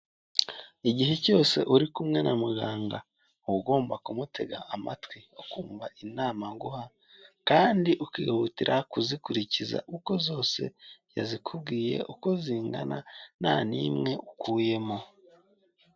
Igihe cyose uri kumwe na mugaga. Uba ugomba kumutega amatwi ukumva inama aguha kandi ukihutira kuzikurikiza uko zose yazikubwiye uko zigana nanimwe ukuyemo